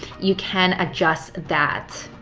you can adjust that.